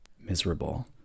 miserable